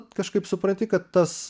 kažkaip supranti kad tas